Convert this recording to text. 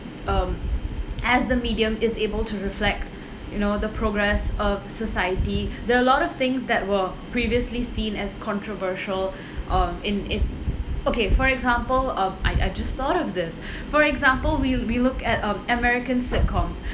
um as the medium is able to reflect you know the progress of society there are a lot of things that were previously seen as controversial um in it okay for example um I I just thought of this for example we we look at um american sitcoms